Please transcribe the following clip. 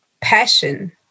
passion